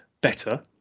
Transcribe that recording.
better